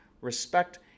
respect